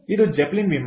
ಇದು ಜೆಪ್ಪೆಲಿನ್ ವಿಮಾನ